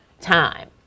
time